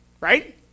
Right